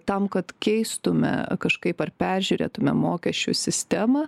tam kad keistume kažkaip ar peržiūrėtume mokesčių sistemą